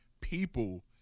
people